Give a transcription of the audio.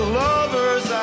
lovers